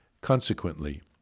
Consequently